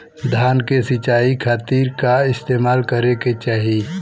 धान के सिंचाई खाती का इस्तेमाल करे के चाही?